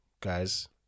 Guys